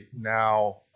now